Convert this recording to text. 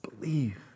believe